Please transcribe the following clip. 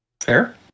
Fair